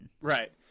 Right